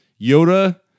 Yoda